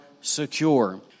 secure